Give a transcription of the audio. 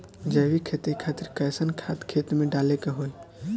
जैविक खेती खातिर कैसन खाद खेत मे डाले के होई?